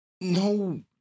no